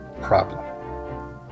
problem